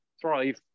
thrive